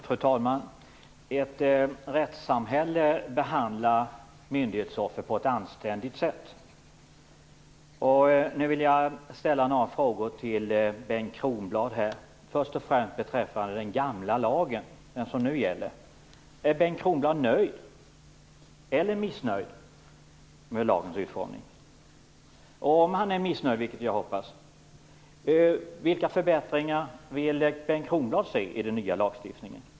Fru talman! Ett rättssamhälle behandlar myndighetsoffer på ett anständigt sätt. Nu vill jag ställa några frågor till Bengt Kronblad, först och främst beträffande den gamla lagen, den som nu gäller. Är Bengt Kronblad nöjd eller missnöjd med lagens utformning? Om han är missnöjd, vilket jag hoppas, vilka förbättringar vill han se i den nya lagstiftningen?